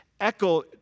echo